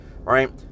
right